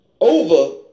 Over